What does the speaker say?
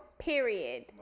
period